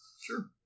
Sure